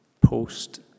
Post